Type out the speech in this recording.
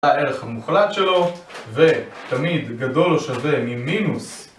הערך המוחלט שלו ותמיד גדול או שווה ממינוס